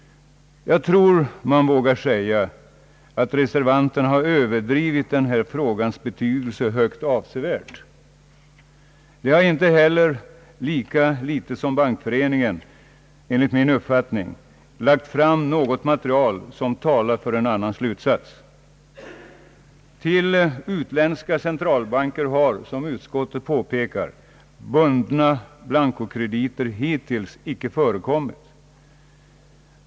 Jag tror man vågar säga att reservanterna har överdrivit den här frågans be Ang. ändringar i banklagstiftningen tydelse högst avsevärt. De har enligt min uppfattning inte heller, lika litet som Bankföreningen, lagt fram något material som talar för en annan slutsats. Till utländska centralbanker har, som utskottet påpekar, bundna blancokrediter hittills inte förekommit.